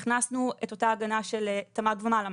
הכנסנו את אותה הגנה של תמ"ג ומעלה,